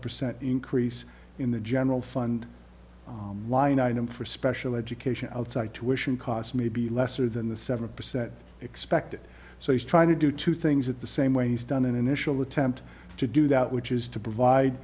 percent increase in the general fund line item for special education outside tuitions cost may be lesser than the seven percent expected so he's trying to do two things at the same way he's done an initial attempt to do that which is to provide